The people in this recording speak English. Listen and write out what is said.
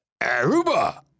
Aruba